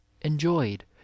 enjoyed